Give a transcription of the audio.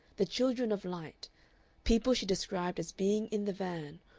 the children of light people she described as being in the van,